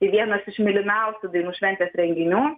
vienas iš mylimiausių dainų šventės renginių